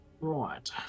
Right